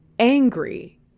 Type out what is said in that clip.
Angry